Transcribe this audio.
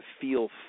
feel